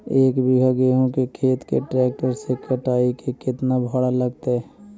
एक बिघा गेहूं के खेत के ट्रैक्टर से कटाई के केतना भाड़ा लगतै?